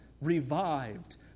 revived